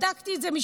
בדקתי את זה,